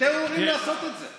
אתם אמורים לעשות את זה.